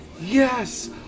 Yes